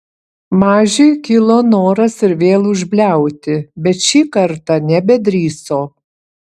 mažiui kilo noras ir vėl užbliauti bet šį kartą nebedrįso